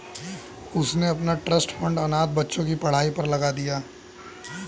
उसने अपना trust fund अनाथ बच्चों की पढ़ाई पर लगा दिया